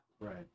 Right